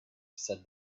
said